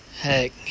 heck